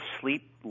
sleep